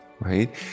right